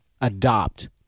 adopt